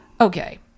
okay